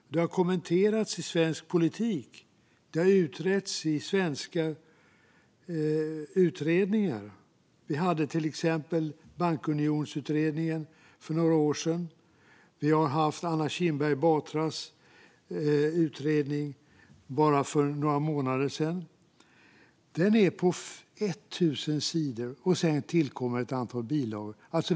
Detta har kommenterats i svensk politik och utretts i svenska utredningar. Vi hade till exempel bankunionsutredningen för några år sedan. Vi hade Anna Kinberg Batras utredning för bara några månader sedan. Den är på 1 000 sidor, och sedan tillkommer ett antal bilagor.